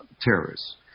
terrorists